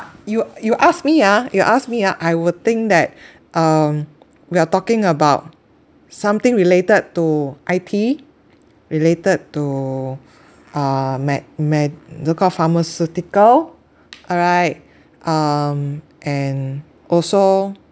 you you ask me ah you ask me ah I would think that um we are talking about something related to I_T related to uh med~ medical pharmaceutical alright um and also